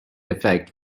effect